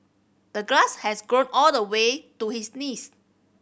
the grass has grown all the way to his knees